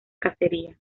cacería